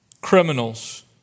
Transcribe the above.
criminals